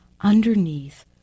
underneath